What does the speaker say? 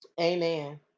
amen